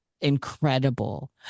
incredible